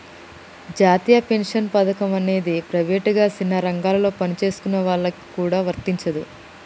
జాతీయ పెన్షన్ పథకం అనేది ప్రైవేటుగా సిన్న రంగాలలో పనిచేసుకునేటోళ్ళకి గూడా వర్తించదు